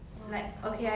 or 你是坏